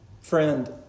friend